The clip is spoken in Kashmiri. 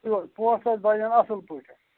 تہٕ پونٛسہٕ حظ بَنَن اَصٕل پٲٹھۍ